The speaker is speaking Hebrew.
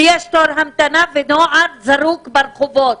ויש תור המתנה ונוער זרוק ברחובות,